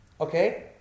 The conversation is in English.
Okay